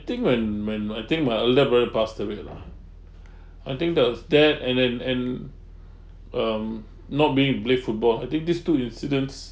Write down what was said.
I think when when I think my older brother passed away lah I think the death and and and um not being play football I think these two incidents